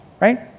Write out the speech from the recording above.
right